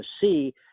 see